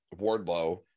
wardlow